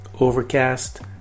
Overcast